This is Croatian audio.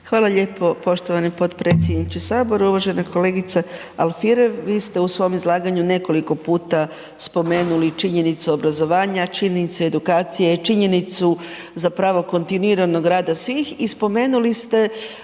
Hvala lijepo poštovani potpredsjedniče HS. Uvažena kolegica Alfirev, vi ste u svom izlaganju nekoliko puta spomenuli činjenicu obrazovanja, činjenicu edukacije, činjenicu zapravo kontinuiranog rada svih i spomenuli ste